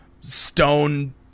stone